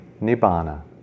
Nibbana